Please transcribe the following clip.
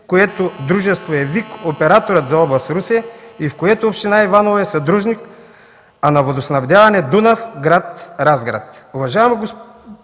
което дружество е ВиК-оператор за област Русе и с което община Иваново е съдружник, а на „Водоснабдяване – Дунав”, гр. Разград.